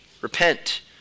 Repent